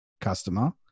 customer